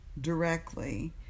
directly